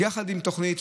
יחד עם תוכנית.